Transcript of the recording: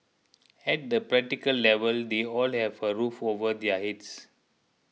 at the practical level they all have a roof over their heads